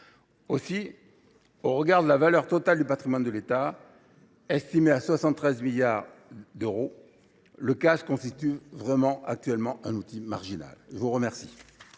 Ainsi, au regard de la valeur totale du patrimoine de l’État, estimé à 73 milliards d’euros, le CAS constitue actuellement un outil marginal. La parole